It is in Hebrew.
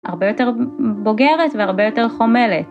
‫הרבה יותר בוגרת והרבה יותר חומלת.